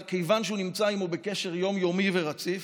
מכיוון שהוא נמצא עימו בקשר יום-יומי ורציף,